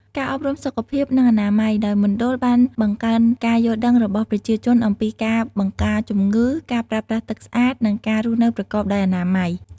ការអប់រំសុខភាព និងអនាម័យ ដោយមណ្ឌលបានបង្កើនការយល់ដឹងរបស់ប្រជាជនអំពីការបង្ការជំងឺ ការប្រើប្រាស់ទឹកស្អាត និងការរស់នៅប្រកបដោយអនាម័យ។